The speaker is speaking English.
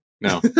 No